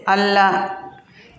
ಅಲ್ಲ